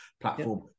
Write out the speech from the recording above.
platform